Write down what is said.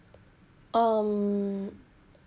um